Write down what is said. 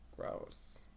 gross